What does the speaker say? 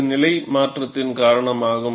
இது நிலை மாற்றத்தின் காரணமாகும்